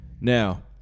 Now